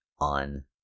on